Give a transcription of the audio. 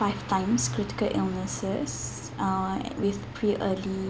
five times critical illnesses uh with pre early